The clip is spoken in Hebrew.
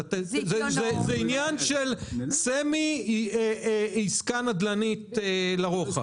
זה עניין של סמי עסקה נדל"נית לרוחב.